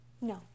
No